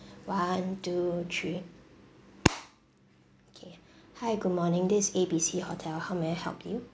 one two three okay hi good morning this is A B C hotel how may I help you